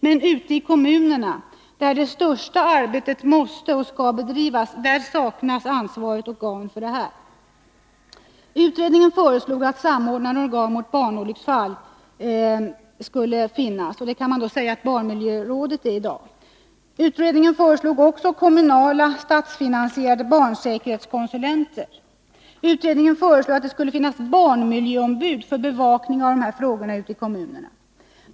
Men ute i kommunerna, där det största arbetet måste bedrivas, saknas ansvarigt organ för detta. Utredningen föreslog att samordnande organ mot barnolycksfall skulle finnas. Man kan säga att barnmiljörådet är det i dag. Utredningen föreslog också kommunala statsfinansierade barnsäkerhetskonsulenter. Vidare föreslog utredningen att det skulle finnas barnmiljöombud för bevakning av dessa frågor ute i kommunerna.